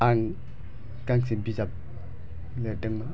आं गांसे बिजाब लिरदोंमोन